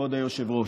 כבוד היושב-ראש,